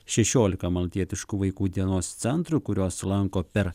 šešiolika maltietiškų vaikų dienos centrų kuriuos lanko per